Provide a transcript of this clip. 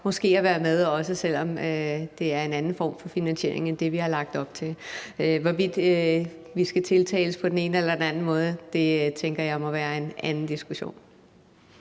måske at være med, selv om det er med en anden form for finansiering end den, vi har lagt op til. Hvorvidt vi skal tiltales på den ene eller den anden måde, tænker jeg må være en anden diskussion.